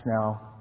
now